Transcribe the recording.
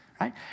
right